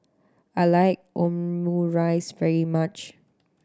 I like Omurice very much